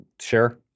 Sure